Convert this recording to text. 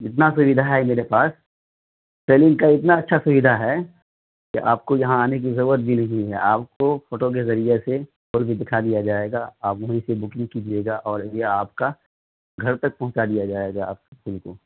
اتنا سویدھا ہے میرے پاس سیلنگ کا اتنا اچھا سویدھا ہے کہ آپ کو یہاں آنے کی ضرورت بھی نہیں ہے آپ کو فوٹو کے ذریعے سے سب چیز دکھا دیا جائے گا آپ یہیں سے بکنگ کیجیے گا اور یہ آپ کا گھر تک پہنچا دیا جائے گا آپ کے پھول کو